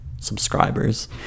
subscribers